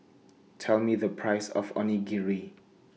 Tell Me The Price of Onigiri